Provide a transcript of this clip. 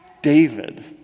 David